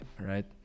right